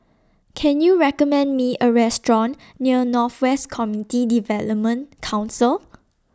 Can YOU recommend Me A Restaurant near North West Community Development Council